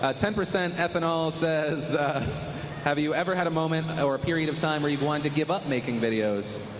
ah ten percent ethanol says have you you ever had a moment or period of time where you wanted to give up making videos?